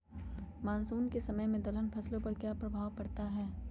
Monsoon के समय में दलहन फसलो पर क्या प्रभाव पड़ता हैँ?